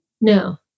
no